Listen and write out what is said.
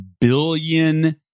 billion